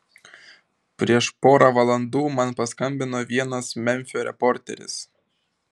prieš porą valandų man paskambino vienas memfio reporteris